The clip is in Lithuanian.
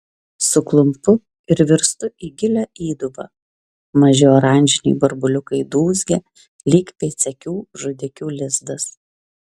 suklumpu ir virstu į gilią įdubą maži oranžiniai burbuliukai dūzgia lyg pėdsekių žudikių lizdas